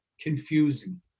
confusing